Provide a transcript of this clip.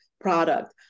product